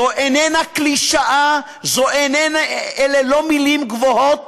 זו איננה קלישאה, אלה לא מילים גבוהות,